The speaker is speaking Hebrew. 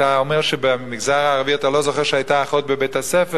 אתה אומר שבמגזר הערבי אתה לא זוכר שהיתה אחות בבית-הספר,